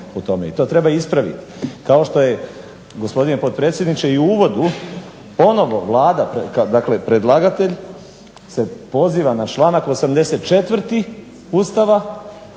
i to treba ispraviti. Kao što je, gospodine potpredsjedniče, i u uvodu ponovno Vlada, dakle predlagatelj se poziva na članak 84. Ustava,